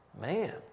Man